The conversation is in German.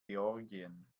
georgien